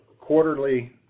quarterly